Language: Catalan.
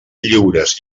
lliures